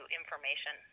information